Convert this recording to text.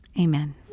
Amen